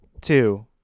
two